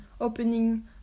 opening